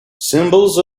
symbols